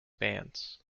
bands